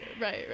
right